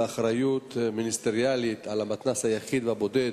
כאחריות מיניסטריאלית על המתנ"ס היחיד והבודד,